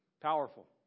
Powerful